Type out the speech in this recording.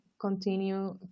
continue